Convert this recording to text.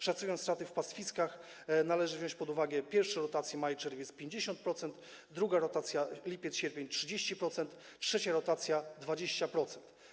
Szacując straty na pastwiskach, należy wziąć pod uwagę pierwszą rotację, maj-czerwiec - 50%, drugą rotację, lipiec-sierpień - 30%, trzecią rotację - 20%.